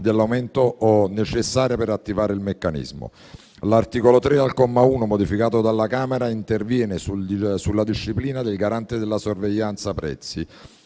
dell'aumento necessario per attivare il meccanismo. L'articolo 3, comma 1, modificato dalla Camera, interviene sulla disciplina del Garante della sorveglianza dei